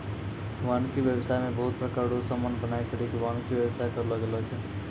वानिकी व्याबसाय मे बहुत प्रकार रो समान बनाय करि के वानिकी व्याबसाय करलो गेलो छै